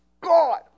God